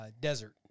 desert